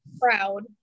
Proud